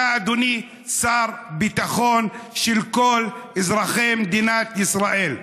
אתה, אדוני, שר ביטחון של כל אזרחי מדינת ישראל.